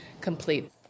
complete